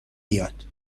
بیاد